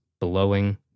blowing